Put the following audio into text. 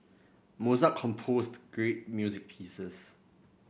Mozart composed great music pieces